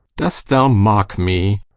dost thou mock me?